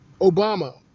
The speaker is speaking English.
Obama